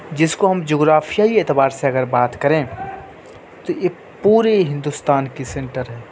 جس کو ہم جغرافیائی اعتبار سے اگر بات کریں تو ایک پورے ہندوستان کی سنٹر ہے